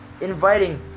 inviting